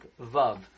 Vav